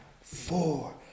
four